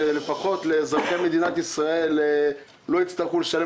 שלפחות אזרחי מדינת ישראל לא יצטרכו לשלם